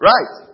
Right